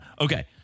Okay